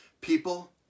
People